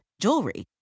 jewelry